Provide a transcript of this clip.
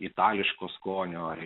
itališko skonio ar